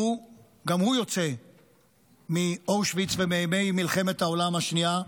גם הוא יוצא מאושוויץ ומימי מלחמת העולם השנייה,